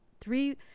three